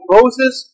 Moses